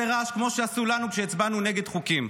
רעש כמו שעשו לנו כשהצבענו נגד חוקים.